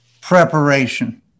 preparation